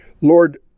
Lord